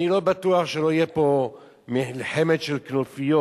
אני לא בטוח שלא תהיה פה מלחמת כנופיות,